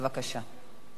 בבקשה.